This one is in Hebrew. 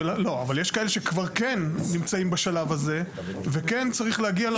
אבל יש כאלה שכבר כן נמצאים בשלב הזה וכן צריך להגיע למצב.